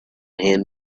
him